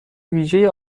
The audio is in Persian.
ویژه